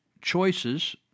Choices